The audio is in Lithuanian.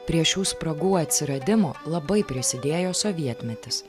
prie šių spragų atsiradimo labai prisidėjo sovietmetis